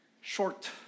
short